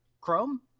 Chrome